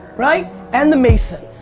right? and the mason,